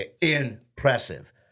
impressive